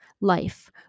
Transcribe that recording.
Life